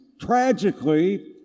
tragically